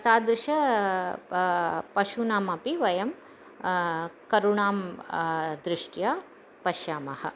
तादृश पा पशूनामपि वयं करुणां दृष्ट्या पश्यामः